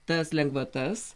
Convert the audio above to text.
tas lengvatas